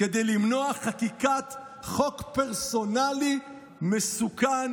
"כדי למנוע חקיקת חוק פרסונלי מסוכן